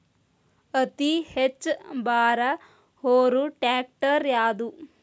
ಅತಿ ಹೆಚ್ಚ ಭಾರ ಹೊರು ಟ್ರ್ಯಾಕ್ಟರ್ ಯಾದು?